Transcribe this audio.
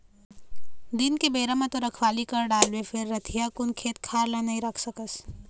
दिन के बेरा म तो रखवाली कर डारबे फेर रतिहा कुन खेत खार ल नइ राख सकस